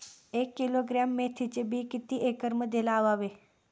एक किलोग्रॅम मेथीचे बी किती एकरमध्ये लावावे?